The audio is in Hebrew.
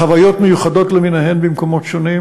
לחוויות מיוחדות למיניהן במקומות שונים.